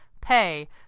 pay